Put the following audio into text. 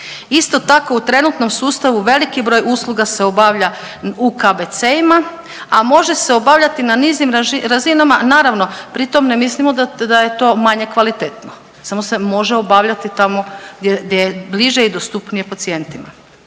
Isto tako, u trenutnom sustavu veliki broj usluga se obavlja u KBC-ima, a može se obavljati na nižim razinama. Naravno, ti pritom ne mislimo da je to manje kvalitetno, samo se može obavljati samo gdje je bliže i dostupnije pacijentima.